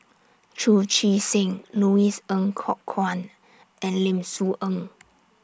Chu Chee Seng Louis Ng Kok Kwang and Lim Soo Ngee